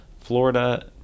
Florida